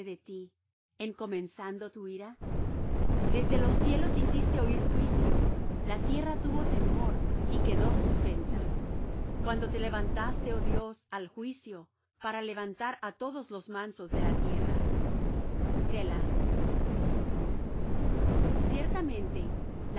en comenzando tu ira desde los cielos hiciste oir juicio la tierra tuvo temor y quedó suspensa cuando te levantaste oh dios al juicio para salvar á todos los mansos de la tierra selah ciertamente